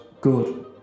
good